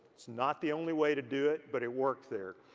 it's not the only way to do it, but it worked there.